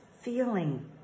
feeling